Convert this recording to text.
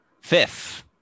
fifth